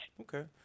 Okay